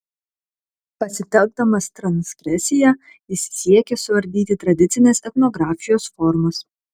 pasitelkdamas transgresiją jis siekia suardyti tradicinės etnografijos formas